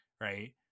right